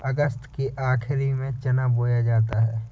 अगस्त के आखिर में चना बोया जाता है